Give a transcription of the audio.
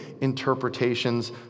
interpretations